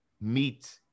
meet